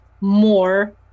more